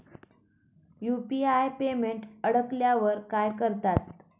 UPI payment अडकल्यावर काय करतात?